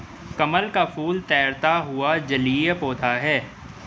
कमल का फूल तैरता हुआ जलीय पौधा है